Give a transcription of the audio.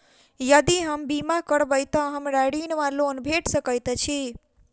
यदि हम बीमा करबै तऽ हमरा ऋण वा लोन भेट सकैत अछि?